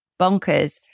bonkers